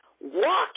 walk